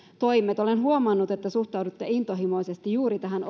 toimet olen huomannut että suhtaudutte intohimoisesti juuri tähän